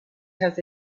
has